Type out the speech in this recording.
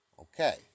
Okay